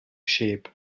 shape